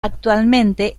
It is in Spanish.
actualmente